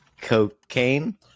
Cocaine